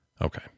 Okay